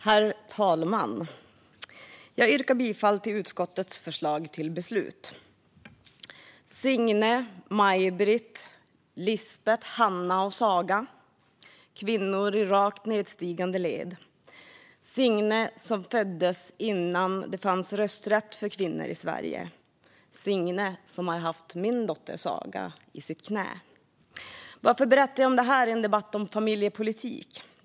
Herr talman! Jag yrkar bifall till utskottets förslag till beslut. Signe, Majbritt, Lisbeth, Hannah och Saga - kvinnor i rakt nedstigande led. Signe föddes innan det fanns rösträtt för kvinnor i Sverige. Signe har haft min dotter Saga i sitt knä. Varför berättar jag om detta i en debatt om familjepolitik?